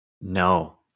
No